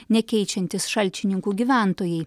nekeičiantys šalčininkų gyventojai